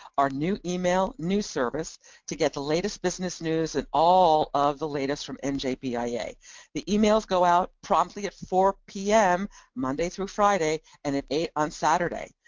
our new email news service to get the latest business news and all of the latest from and njbia. the emails go out promptly at four pm monday through friday, and at eight on saturday.